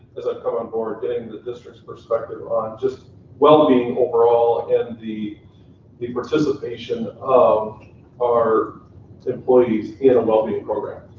as i've come on board, getting the district's perspective on just wellbeing overall and the the participation of our employees in a wellbeing program.